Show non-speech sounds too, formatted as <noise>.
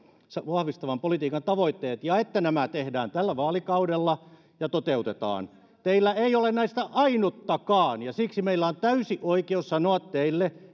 vahvistavan politiikan tavoitteet ja että nämä tehdään tällä vaalikaudella ja toteutetaan teillä ei ole näistä ainuttakaan ja siksi meillä on täysi oikeus sanoa teille <unintelligible>